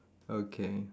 okay